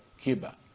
Cuba